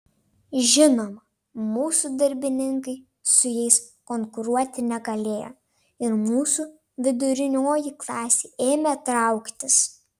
žinoma mūsų darbininkai su jais konkuruoti negalėjo ir mūsų vidurinioji klasė ėmė trauktis